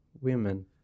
women